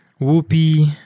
Whoopi